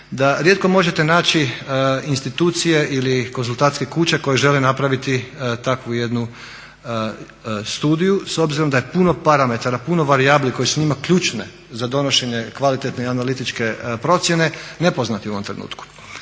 rijetko možete naći institucije ili konzultantske kuće koje žele napraviti takvu jednu studiju s obzirom da je puno parametara, puno varijabli koje su njima ključne za donošenje kvalitetne i analitičke procjene nepoznati u ovom trenutku